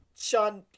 sean